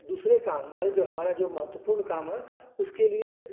दूसरे काम हमारे हमारा जो महत्वपूर्ण काम है उसके लिए